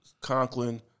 Conklin